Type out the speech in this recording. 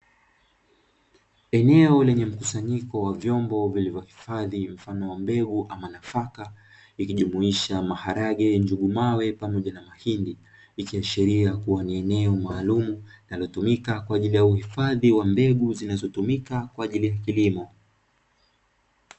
Eneo lenye mkusanyiko wa vyombo vilivyohifadhi mfano wa mbegu ama nafaka ikijumuisha maharage, njugumawe pamoja na mahindi. Ikiashiria kuwa ni eneo maalumu linalotumika kwa ajili ya uhifadhi mbegu zinazotumika kwa ajili ya kilimo.